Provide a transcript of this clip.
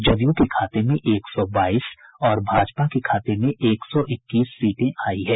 जदयू के खाते में एक सौ बाईस और भाजपा के खाते में एक सौ इक्कीस सीटें आयी है